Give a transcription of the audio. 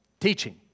teaching